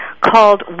called